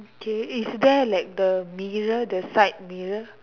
okay is there like the mirror the side mirror